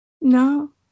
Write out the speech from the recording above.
no